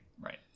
Right